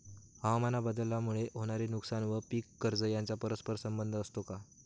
हवामानबदलामुळे होणारे नुकसान व पीक कर्ज यांचा परस्पर संबंध असतो का?